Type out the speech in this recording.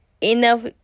enough